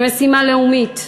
כמשימה לאומית.